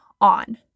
on